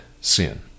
sin